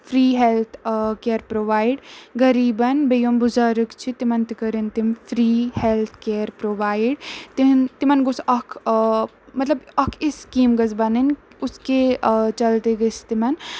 free health care provide غریٖبَن بیٚیہِ یِم بُزرٕگ چھِ تِمَن تہِ کٔرِن تِم فِرٛی ہٮ۪لٕتھ کِیَر پرٛووایڈ تِہںٛدۍ تِمَن گوٚژھ اَکھ مطلب اَکھ اِ سِکیٖم گٔژھ بَنٕنۍ اُس کے چلتے گٔژھۍ تِمَن